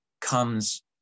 comes